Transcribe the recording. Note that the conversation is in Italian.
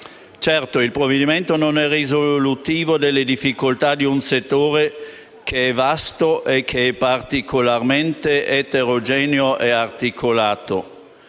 Certo, non è risolutivo delle difficoltà di un settore che è vasto e particolarmente eterogeneo e articolato.